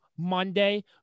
monday